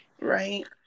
Right